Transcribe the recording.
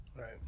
Right